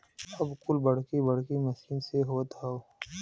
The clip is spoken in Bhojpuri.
अब कुल बड़की बड़की मसीन से होत हौ